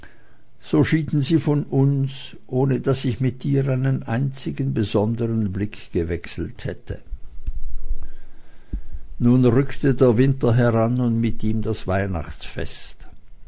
so schieden sie von uns ohne daß ich mit ihr einen einzigen besondern blick gewechselt hätte nun rückte der winter heran und mit ihm das weihnachtsfest